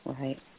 Right